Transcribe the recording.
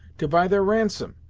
to buy their ransom.